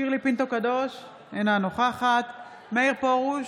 שירלי פינטו קדוש, אינה נוכחת מאיר פרוש,